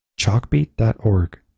chalkbeat.org